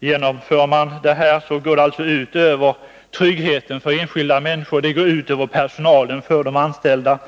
Genomför man detta går det alltså ut över tryggheten för enskilda människor och över de anställda.